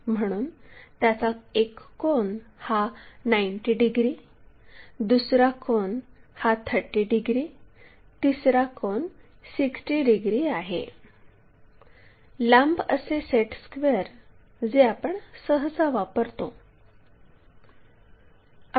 म्हणून त्याचा एक कोन हा 90 डिग्री दुसरा कोन 30 डिग्री तिसरा कोन 60 डिग्री आहे लांब असे सेट स्क्वेअर जे आपण सहसा वापरतो